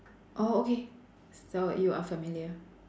oh okay so you are familiar